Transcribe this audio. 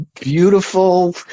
beautiful